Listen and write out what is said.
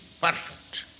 perfect